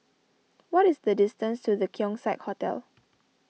what is the distance to the Keong Saik Hotel